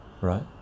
right